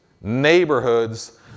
neighborhoods